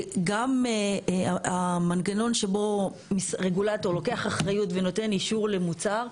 גם המנגנון שבו רגולטור לוקח אחריות ונותן אישור למוצר,